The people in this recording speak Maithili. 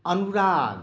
अनुराग